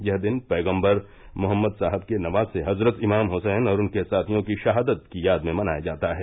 यह दिन पैगम्बर मोहम्मद साहब के नवासे हजरत इमाम हुसैन और उनके साथियों की शहादत की याद में मनाया जाता है